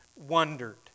wondered